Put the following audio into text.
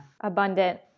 Abundant